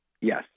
Yes